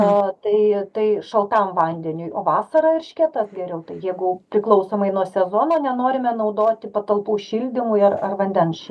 o tai tai šaltam vandeniui o vasarą erškėtas geriau jeigu priklausomai nuo sezono nenorime naudoti patalpų šildymui ar ar vandens